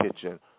kitchen